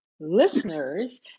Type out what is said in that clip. listeners